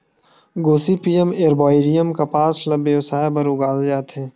Gossypium arboreum कपसा ल बेवसाय बर उगाए जाथे